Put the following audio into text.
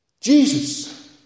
Jesus